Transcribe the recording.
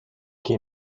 que